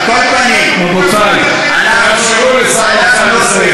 על כל פנים, רבותי, תאפשרו לשר האוצר לסיים.